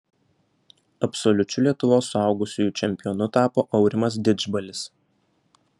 absoliučiu lietuvos suaugusiųjų čempionu tapo aurimas didžbalis